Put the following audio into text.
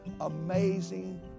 amazing